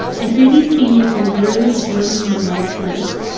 i fear these changes will literally shorten my wife's life.